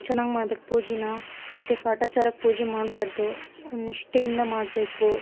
ಚೆನ್ನಾಗ್ ಮಾಡ್ಬೇಕು ಪೂಜೆನಾ ಮತ್ತು ಕಾಟಚಾರಕ್ಕೆ ಪೂಜೆ ಮಾಡಬಾಡ್ದು ನಿಷ್ಠೆಯಿಂದ ಮಾಡಬೇಕು